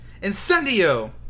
Incendio